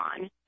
on